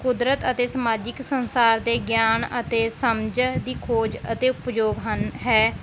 ਕੁਦਰਤ ਅਤੇ ਸਮਾਜਿਕ ਸੰਸਾਰ ਦੇ ਗਿਆਨ ਅਤੇ ਸਮਝ ਦੀ ਖੋਜ ਅਤੇ ਉਪਯੋਗ ਹਨ ਹੈ